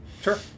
Sure